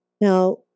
Now